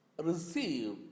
receive